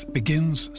begins